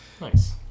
Nice